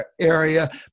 area